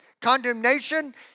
Condemnation